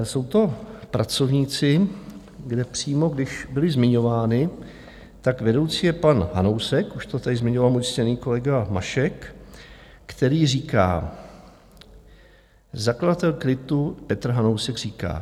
Jsou to pracovníci, kde přímo, když byli zmiňováni, tak vedoucí je pan Hanousek už to tady zmiňoval můj ctěný kolega Mašek který říká, zakladatel KRITu Petr Hanousek říká: